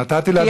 נתתי לה דקה,